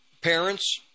Parents